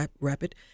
Rapid